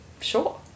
sure